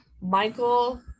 Michael